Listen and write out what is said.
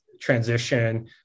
transition